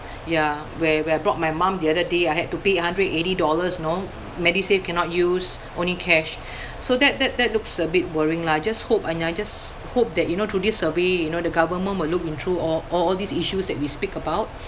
ya where where I brought my mum the other day I had to pay a hundred and eighty dollars know medisave cannot use only cash so that that that looks a bit worrying lah I just hope and I just hope that you know through this survey you know the government will look into all all all these issues that we speak about